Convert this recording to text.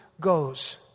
goes